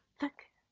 look!